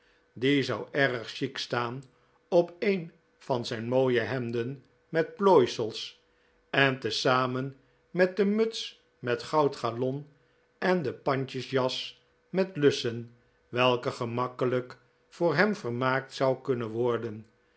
die zou erg chic staan op een van zijn mooie hemden met plooisels en te zamen met de muts met goud galon en de pandjesjas met lussen welke gemakkelijk voor hem vermaakt zou kunnen worden